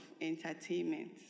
entertainment